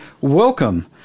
welcome